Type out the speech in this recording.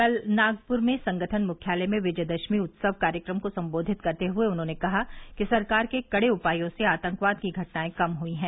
कल नागपुर में संगठन मुख्यालय में विजयादशमी उत्सव कार्यक्रम को संबोधित करते हुए उन्होंने कहा कि सरकार के कड़े उपायों से आतंकवाद की घटनाए कम हुई हैं